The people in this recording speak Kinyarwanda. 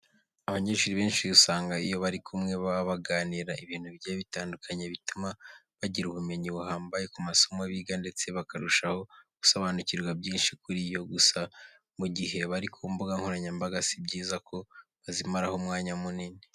Abanyeshuri benshi usanga iyo bari kumwe baba baganira ibintu bigiye bitandukanye bituma bagira ubumenyi buhambaye ku masomo biga ndetse bakarushaho gusobanukirwa byinshi kuri yo. Gusa mu gihe bari ku mbuga nkoranyambaga, si byiza ko bazimaraho umwanya munini.